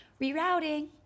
rerouting